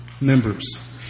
members